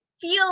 feel